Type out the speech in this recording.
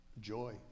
joy